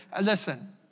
Listen